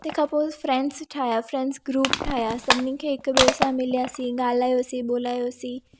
तंहिंखां पोइ फ्रैंड्स ठाहिया फ्रैंड्स ग्रुप ठाहिया सभिनी खे हिक ॿिए सां मिलियासीं ॻाल्हायोसीं ॿोलायोसीं